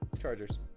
Chargers